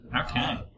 Okay